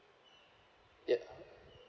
ya